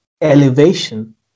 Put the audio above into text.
elevation